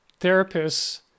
therapists